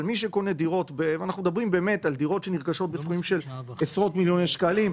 אבל אנחנו מדברים על דירות שנרכשות בסכומים של עשרות מיליוני שקלים,